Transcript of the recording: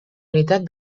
unitat